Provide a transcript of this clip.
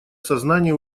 сознание